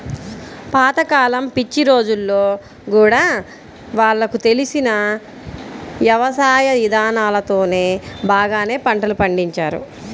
పాత కాలం పిచ్చి రోజుల్లో గూడా వాళ్లకు తెలిసిన యవసాయ ఇదానాలతోనే బాగానే పంటలు పండించారు